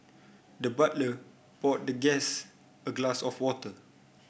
the butler poured the guest a glass of water